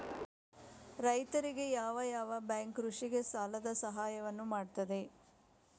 ರೈತರಿಗೆ ಯಾವ ಯಾವ ಬ್ಯಾಂಕ್ ಕೃಷಿಗೆ ಸಾಲದ ಸಹಾಯವನ್ನು ಮಾಡ್ತದೆ?